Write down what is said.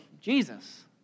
Jesus